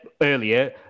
earlier